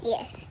Yes